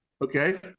Okay